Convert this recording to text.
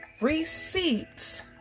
receipts